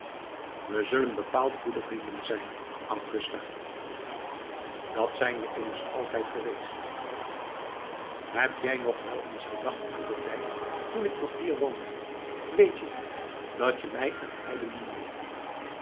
we zullen bepaald goede vrienden zijn augusta dat zijn we immers altijd geweest heb jij nog wel eens gedacht aan den tijd toen ik nog hier woonde weet je nog dat je mij een heiden noemdet